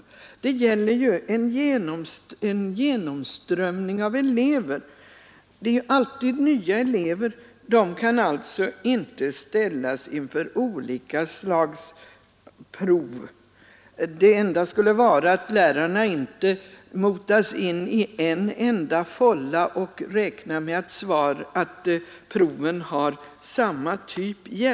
Det gäller en genomströmning av elever. Det är alltid nya elever. De kan alltså inte ställas inför olika slags prov. Det enda skulle vara att lärarna inte motas in i enda fålla och räknar med att proven jämt har samma typ.